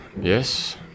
yes